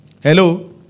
Hello